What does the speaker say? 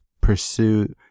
pursue